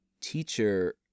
teacher